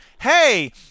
Hey